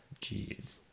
Jeez